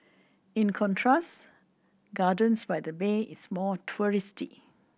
in contrast Gardens by the Bay is more touristy